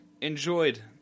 enjoyed